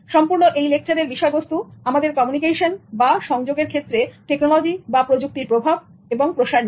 সম্পূর্ণ এই লেকচারের বিষয়বস্তু আমাদের কমিউনিকেশন বা সংযোগের এর ক্ষেত্রে টেকনোলজি বা প্রযুক্তির প্রভাব এবং প্রসার নিয়ে